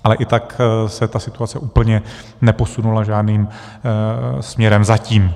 Ale i tak se ta situace úplně neposunula žádným směrem, zatím.